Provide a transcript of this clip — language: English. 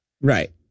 Right